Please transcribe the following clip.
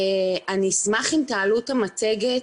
אני אשמח אם תעלו את המצגת,